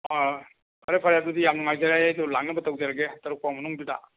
ꯑꯥ ꯐꯔꯦ ꯐꯔꯦ ꯑꯗꯨꯗꯤ ꯌꯥꯝ ꯅꯨꯡꯉꯥꯏꯖꯔꯦ ꯑꯩ ꯑꯗꯨꯝ ꯂꯥꯛꯅꯕ ꯇꯧꯖꯔꯒꯦ ꯇꯔꯨꯛꯐꯧ ꯃꯅꯨꯡꯗꯨꯗ